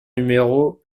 numéro